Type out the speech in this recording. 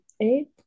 eight